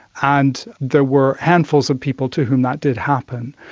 and there were handfuls of people to whom that did happen.